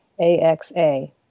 AXA